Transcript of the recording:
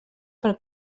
per